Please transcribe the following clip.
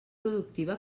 productiva